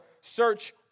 search